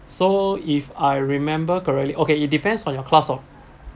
so if I remember correctly okay it depends on your class of